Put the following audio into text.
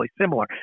similar